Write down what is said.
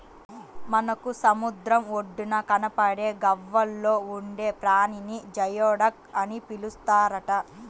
మనకు సముద్రం ఒడ్డున కనబడే గవ్వల్లో ఉండే ప్రాణిని జియోడక్ అని పిలుస్తారట